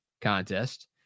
contest